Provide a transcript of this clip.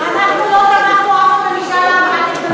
אנחנו לא תמכנו אף פעם במשאל עם, אל תתבלבל.